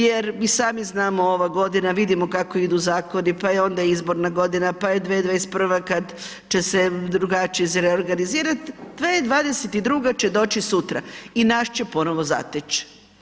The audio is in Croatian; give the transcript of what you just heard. Jer mi sami znamo ova godina, vidimo kako idu zakoni, pa je onda izborna godina, pa je 2021. kad će se drugačije reorganizirat, 2022. će doći sutra i nas će ponovo zateć.